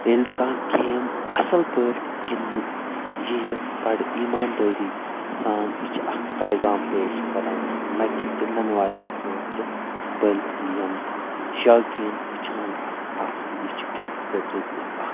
ییٚلہِ کانہہ گیم اصل پٲٹھۍ گندٕنہٕ یِیہِ بڑٕ ایٖمان دٲری سان یہِ چھِ اکھ پیغام پیش کران نہ کہِ گندن والٮ۪ن خاطرٕ بلکہِ یم شاقیٖن وٕچھان اتھ آسن یہِ چھِ اہندِ خٲطرٕ تہِ اکھ